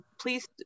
please